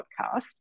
podcast